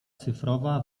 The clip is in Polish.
cyfrowa